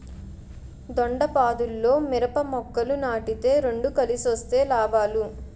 దొండపాదుల్లో మిరప మొక్కలు నాటితే రెండు కలిసొస్తే లాభాలు